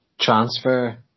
transfer